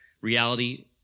reality